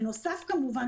בנוסף כמובן,